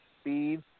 speed